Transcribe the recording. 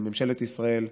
לממשלת ישראל,